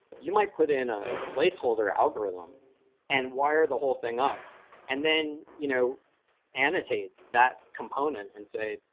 you might put in a placeholder algorithm and wire the whole thing up and then you know annotate that component and say,